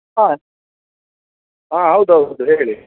ಹಾಂ ಹಾಂ ಹೌದು ಹೌದು ಹೇಳಿ